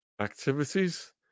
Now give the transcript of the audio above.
activities